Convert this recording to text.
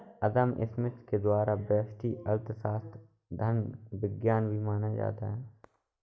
अदम Smith के द्वारा व्यष्टि अर्थशास्त्र धन का विज्ञान भी माना था